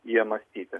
jie mąstyti